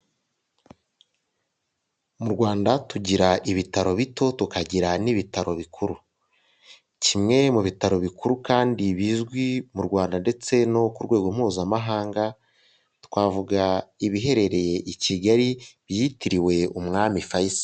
Mu Rwanda tugira ibitaro bito tukagira n'ibitaro bikuru kimwe mu bitaro bikuru kandi bizwi mu Rwanda ndetse no ku rwego mpuzamahanga twavuga ibiherereye i Kigali byitiriwe Umwami Fayisari.